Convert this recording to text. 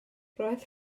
roedd